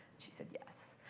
she said yes.